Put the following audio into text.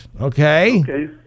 Okay